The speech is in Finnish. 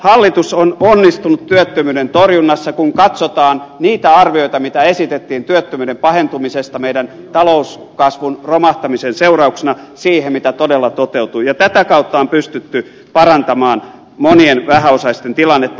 hallitus on onnistunut työttömyyden torjunnassa kun verrataan niitä arvioita mitä esitettiin työttömyyden pahentumisesta meidän talouskasvun romahtamisen seurauksena siihen mitä todella toteutui ja tätä kautta on pystytty parantamaan monien vähäosaisten tilannetta